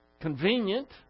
convenient